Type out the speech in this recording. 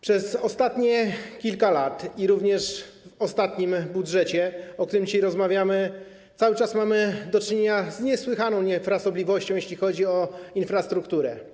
Przez ostatnich kilka lat, i w ostatnim budżecie, o czym dzisiaj rozmawiamy, cały czas mamy do czynienia z niesłychaną niefrasobliwością, jeśli chodzi o infrastrukturę.